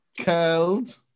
Curled